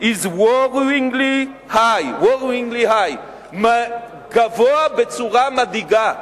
is worryingly high, גבוה בצורה מדאיגה.